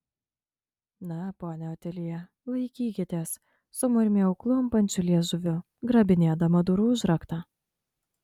na ponia otilija laikykitės sumurmėjau klumpančiu liežuviu grabinėdama durų užraktą